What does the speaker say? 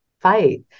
fight